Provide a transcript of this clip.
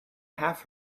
have